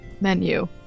menu